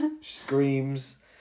screams